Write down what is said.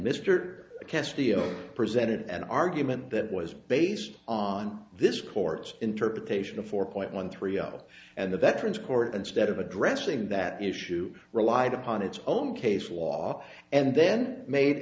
castillo presented an argument that was based on this court's interpretation of four point one three zero and the veterans court instead of addressing that issue relied upon its own case law and then made